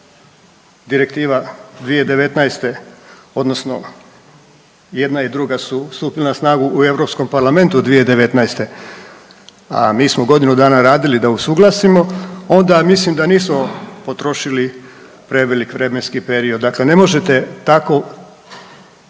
direktiva 2019. odnosno jedna i druga su stupile na snagu u EU parlamentu 2019., a mi smo godinu dana radili da usuglasimo, onda mislim da nismo potrošili prevelik vremenski period, dakle ne možete tako,